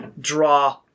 draw